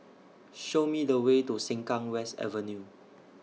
Show Me The Way to Sengkang West Avenue